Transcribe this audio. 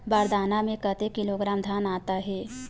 बार दाना में कतेक किलोग्राम धान आता हे?